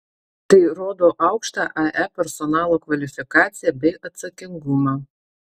tai rodo aukštą ae personalo kvalifikaciją bei atsakingumą